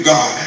God